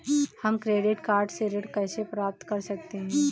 हम credit card से ऋण कैसे प्राप्त कर सकते हैं?